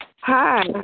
Hi